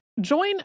Join